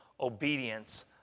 obedience